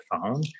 phone